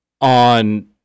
on